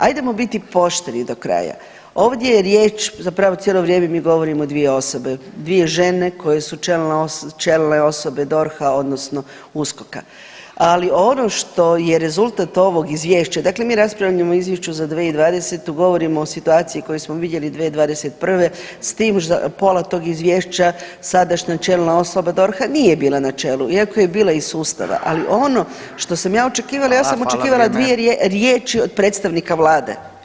Ajdemo biti pošteni do kraja, ovdje je riječ, zapravo cijelo vrijeme mi govorimo 2 osobe, 2 žene koje su čelne osobe DORH-a odnosno USKOK-a, ali ono što je rezultat ovog izvješća, dakle mi raspravljamo o izvješću za 2020., govorimo o situaciji koju smo vidjeli 2021. s tim pola tog izvješća sadašnja čelna osoba DORH-a nije bila na čelu iako je bila iz sustava, ali ono što sam ja očekivala, ja sam [[Upadica: Hvala, hvala vrijeme.]] dvije riječi od predstavnika vlade.